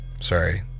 Sorry